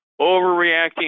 overreacting